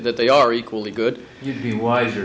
that they are equally good you'd be wiser